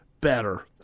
better